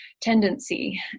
tendency